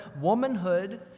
womanhood